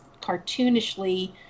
cartoonishly